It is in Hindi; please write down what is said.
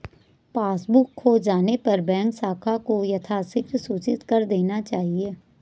पासबुक खो जाने पर बैंक शाखा को यथाशीघ्र सूचित कर देना चाहिए